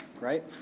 Right